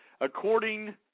According